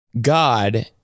God